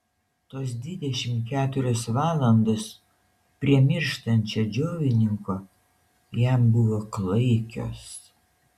tos dvidešimt keturios valandos prie mirštančio džiovininko jam buvo klaikios